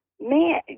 Man